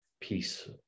Peace